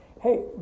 hey